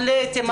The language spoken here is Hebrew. אתלטים,